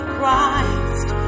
Christ